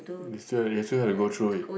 you still you still have to go through it